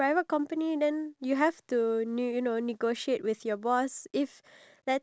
when you yourself know that your job is based on the amount of time and effort that you put in